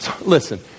Listen